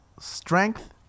strength